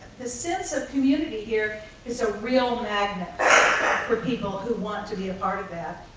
the sense of community here is a real magnet for people who want to be a part of that.